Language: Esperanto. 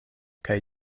kaj